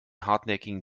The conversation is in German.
hartnäckigen